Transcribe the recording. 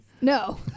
No